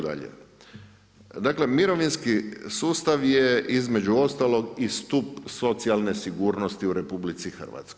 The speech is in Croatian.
Dakle mirovinski sustav je između ostalog i stup socijalne sigurnosti u RH.